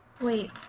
Wait